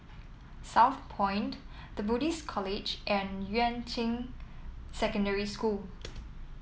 Southpoint The Buddhist College and Yuan Ching Secondary School